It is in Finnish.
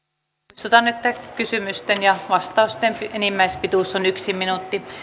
muistutan että kysymysten ja vastausten enimmäispituus on yksi minuutti